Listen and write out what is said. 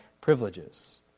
privileges